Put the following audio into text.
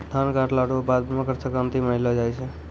धान काटला रो बाद मकरसंक्रान्ती मानैलो जाय छै